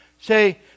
Say